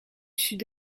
sud